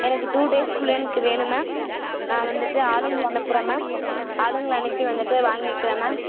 எனக்கு டூ டேஸ்க்குள்ளே எனக்கு வேணும் மேம் நான் வந்துட்டு ஆளுங்களை அனுப்புகிறேன் மேம் ஆளுங்களை அனுப்பி வந்துட்டு வாங்கிக்கிறேன் மேம்